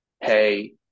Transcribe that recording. hey